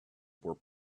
were